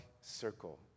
circle